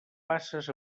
basses